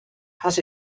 has